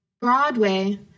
Broadway